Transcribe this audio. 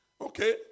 Okay